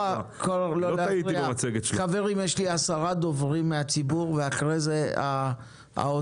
חברים יש לי עשרה דוברים מהציבור ואחרי זה האוצר,